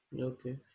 okay